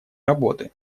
работы